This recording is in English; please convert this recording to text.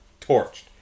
torched